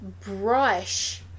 brush